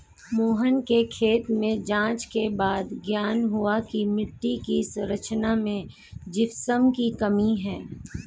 मोहन के खेत में जांच के बाद ज्ञात हुआ की मिट्टी की संरचना में जिप्सम की कमी है